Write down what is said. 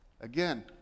Again